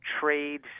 trade